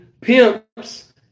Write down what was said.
Pimps